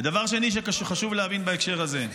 דבר שני שחשוב להבין בהקשר הזה: